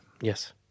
Yes